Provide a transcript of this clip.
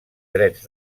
drets